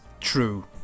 true